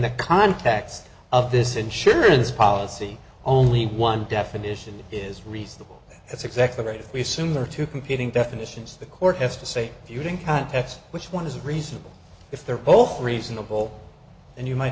the context of this insurance policy only one definition is reasonable that's exactly right if we assume there are two competing definitions the court as to say viewed in context which one is reasonable if they're both reasonable and you might